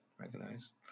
recognize